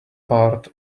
part